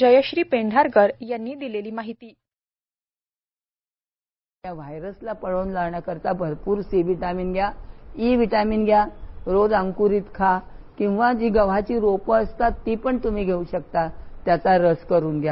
जयश्री पेंढारकर यांनि दिलेली माहिती व्हाईस्ट कास्ट वायरसला पळऊन लावण्यासाठी भरपूर सी विटामीन घ्या ई विटामीन घ्या रोज अंक्रित खा किंवा जी गव्हाची रोप असतात ती पण त्म्ही घेऊ शकता त्याचा रस करून घ्या